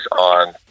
on